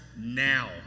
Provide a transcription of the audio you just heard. now